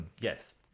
yes